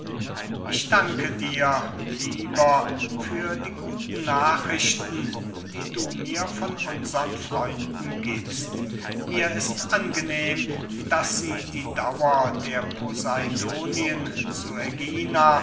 ich danke dir lieber für die guten nachrichten die du mir von unsern freunden giebst mir ist angenehm daß sie die dauer der poseidonien zu ägina